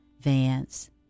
vance